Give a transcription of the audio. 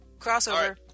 crossover